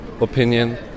opinion